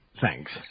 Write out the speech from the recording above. Thanks